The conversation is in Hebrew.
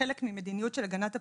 כחלק ממדיניות של הגנת הפרטיות,